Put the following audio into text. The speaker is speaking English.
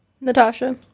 Natasha